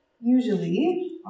Usually